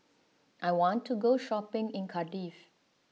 I want to go shopping in Cardiff